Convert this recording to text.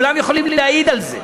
כולם יכולים להעיד על זה,